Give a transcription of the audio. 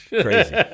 Crazy